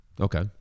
okay